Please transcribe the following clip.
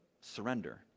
surrender